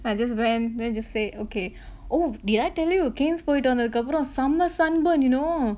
I just went then just say okay oh did I tell you போயிட்டு வந்ததுக்கப்பரம்:poyittu vanthukkapparam some were sunburn you know